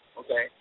okay